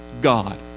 God